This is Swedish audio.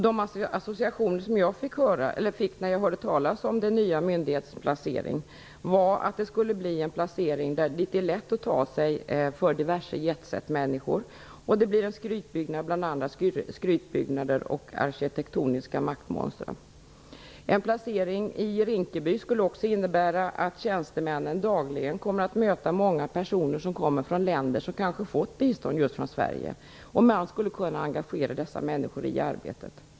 De associationer som jag fick när jag hörde talas om den nya myndighetens placering var att det skulle bli en placering dit det är lätt att ta sig för diverse jetset-människor. Det blir en skrytbyggnad bland andra skrytbyggnader och arkitektoniska maktmonstrum. En placering i Rinkeby skulle också innebära att tjänstemännen dagligen kommer att möta många personer som kommer från länder som kanske fått bistånd från just Sverige. Man skulle kunna engagera dessa människor i arbetet.